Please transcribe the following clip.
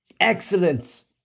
excellence